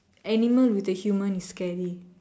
animal with a human is scary